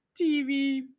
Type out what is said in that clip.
TV